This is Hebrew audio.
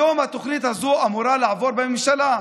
היום התוכנית הזאת אמורה לעבור בממשלה,